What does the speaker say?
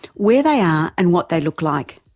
where they are and what they look like.